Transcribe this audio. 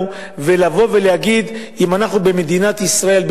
לבוא ולהגיד: אם אנחנו במדינת ישראל,